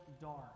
dark